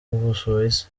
busuwisi